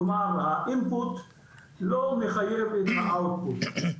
כלומר, האינפוט לא מחייב את האאוטפוט.